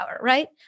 right